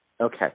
Okay